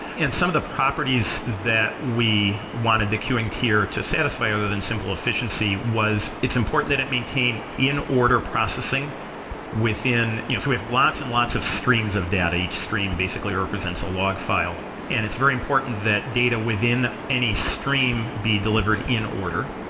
and some of the properties that we wanted the queuing tier to satisfy other than simple efficiency was it's important it maintain in order processing within so you know we have lots and lots of streams of data. each stream basically represents a log file and it's very important that data within any stream be delivered in order,